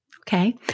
Okay